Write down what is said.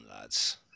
lads